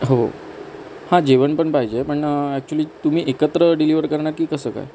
हो हां जेवण पण पाहिजे पण ॲक्चुअली तुम्ही एकत्र डिलीवर करणार की कसं काय